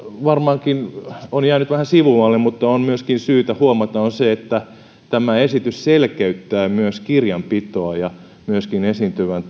varmaankin on jäänyt vähän sivummalle mutta joka on myöskin syytä huomata on se että tämä esitys selkeyttää myös kirjanpitoa ja myöskin esiintyvän